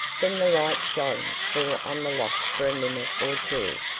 then the light shone full on the lock for a minute or two,